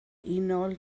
unol